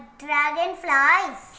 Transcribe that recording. dragonflies